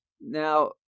Now